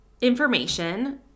information